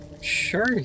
Sure